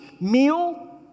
Meal